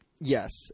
Yes